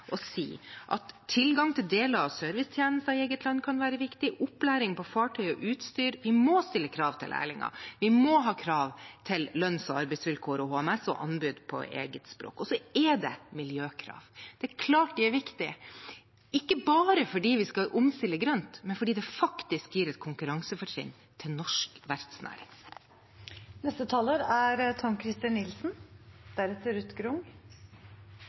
si at tilgang til deler av servicetjenester i eget land kan være viktig. Det samme gjelder opplæring på fartøy og utstyr. Vi må stille krav til lærlinger. Vi må ha krav til lønns- og arbeidsvilkår, HMS og anbud på eget språk. Så er det miljøkrav, og det er klart de er viktige, ikke bare fordi vi skal omstille grønt, men fordi det faktisk gir et konkurransefortrinn til norsk